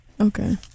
okay